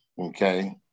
okay